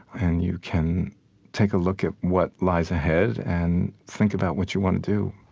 and you can take a look at what lies ahead and think about what you want to do